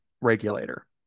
regulator